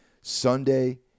Sunday